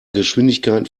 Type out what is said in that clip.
geschwindigkeiten